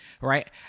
Right